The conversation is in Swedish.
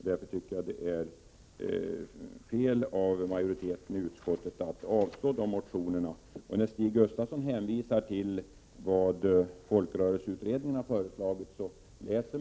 Jag tycker därför att det är felaktigt av utskottsmajoriteten att avstyrka dessa motioner. Stig Gustafsson hänvisar till vad folkrörelseutredningen har föreslagit.